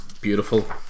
beautiful